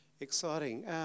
exciting